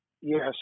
Yes